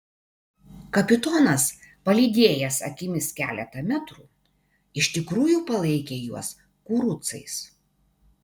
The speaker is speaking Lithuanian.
kapitonas palydėjęs akimis keletą metrų iš tikrųjų palaikė juos kurucais